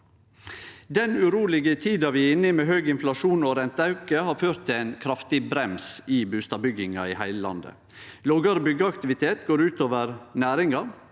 Den urolege tida vi er inne i, med høg inflasjon og renteauke, har ført til ein kraftig brems i bustadbygginga i heile landet. Lågare byggjeaktivitet går ut over næringa,